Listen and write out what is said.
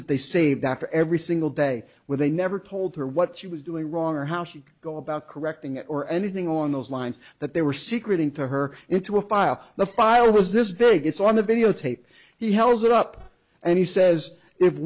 that they saved after every single day when they never told her what she was doing wrong or how she'd go about correcting it or anything on those lines that they were secret into her into a file the file was this big it's on the videotape he held it up and he says if